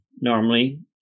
normally